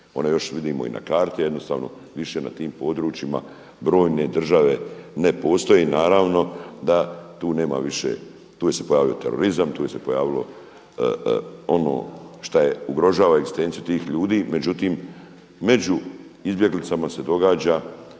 One još vidimo i na karti jednostavno, više na tim područjima brojne države ne postoje i naravno da tu nema više, tu se pojavio terorizam, tu se pojavilo ono što ugrožava egzistenciju tih ljudi. Međutim, među izbjeglicama se događa